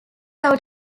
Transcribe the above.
out